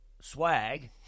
swag